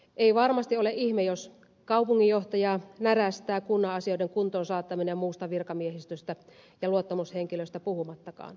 ei varmasti ole ihme jos kaupunginjohtajaa närästää kunnan asioiden kuntoonsaattaminen muusta virkamiehistöstä ja luottamushenkilöistä puhumattakaan